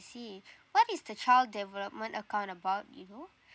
see what is the child development account about do you know